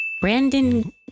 Brandon